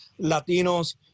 Latinos